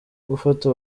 gufata